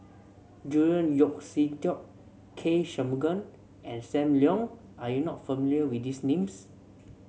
Julian Yeo See Teck K Shanmugam and Sam Leong are you not familiar with these names